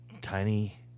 tiny